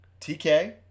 TK